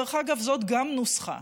דרך אגב, גם זאת נוסחה.